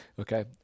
Okay